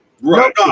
Right